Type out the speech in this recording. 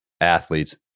athletes